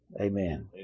Amen